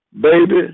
baby